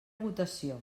votació